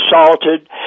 assaulted